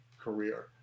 career